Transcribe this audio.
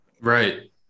Right